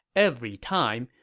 every time,